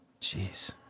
Jeez